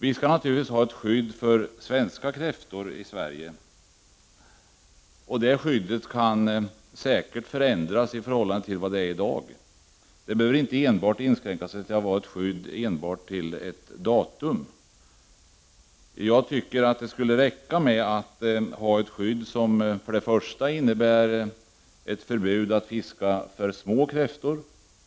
Vi skall naturligtvis ha ett skydd för svenska kräftor i Sverige, och det skyddet kan säkert förändras i förhållande till det som gäller i dag. Det behöver inte enbart inskränka sig till att vara ett skydd hänfört till visst datum. Jag tycker att det skulle räcka med att ha ett skydd som innebär ett förbud att fiska för små kräftor.